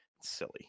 silly